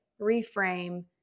reframe